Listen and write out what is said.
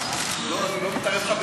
תכריז על